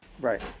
Right